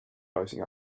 rising